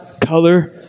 color